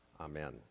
Amen